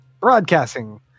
broadcasting